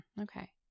Okay